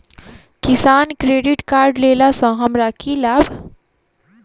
किसान credit card लेला सऽ हमरा की लाभ?